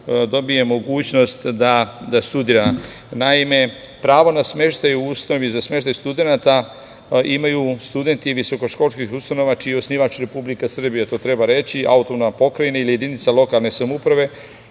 dobije mogućnost da studira. Naime, pravo na smeštaj u ustanovi za smeštaj studenata imaju studenti visokoškolskih ustanova čiji je osnivač Republika Srbija, to treba reći, autonomna pokrajina ili jedinica lokalne samouprave